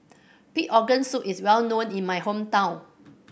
pig organ soup is well known in my hometown